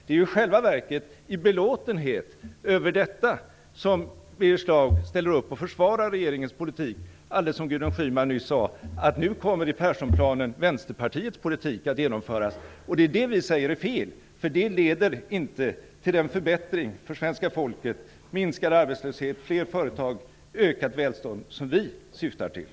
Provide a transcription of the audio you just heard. Det är i själva verket i belåtenhet över detta som Birger Schlaug ställer upp och försvarar regeringens politik, alldeles som Gudrun Schyman nyss sade, nu kommer i Perssonplanen Vänsterpartiets politik att genomföras. Det är det vi säger är fel. Det leder inte till den förbättring för svenska folket - minskad arbetslöshet, fler företag, ökat välstånd - som vi syftar till.